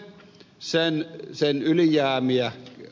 sen sain ylijäämiä